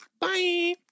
Bye